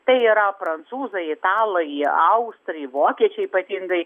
tai yra prancūzai italai austrai vokiečiai ypatingai